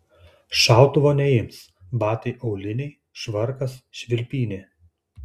šautuvo neims batai auliniai švarkas švilpynė